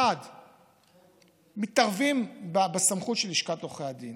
1. מתערבים בסמכות של לשכת עורכי הדין,